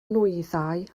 nwyddau